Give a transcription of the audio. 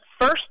first